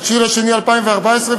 9 בפברואר 2014,